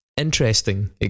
Interesting